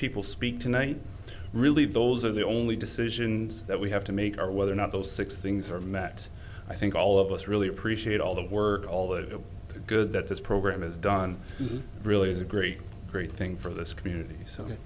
people speak tonight really those are the only decisions that we have to make or whether or not those six things are met i think all of us really appreciate all the work all the good that this program has done really is a great great thing for this community so